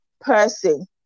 person